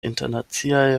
internaciaj